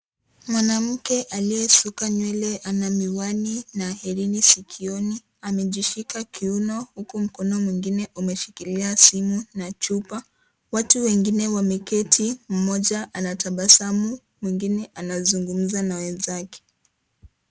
Mwanamke aliyesuka nywele, ana miwani, na hereni sikioni amejishika kiuno huku mkono mwingine umeshikilia simu na chupa. Watu wengine wameketi, mmoja anatabasamu, mwingine anazungumza na wenzake.